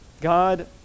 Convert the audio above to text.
God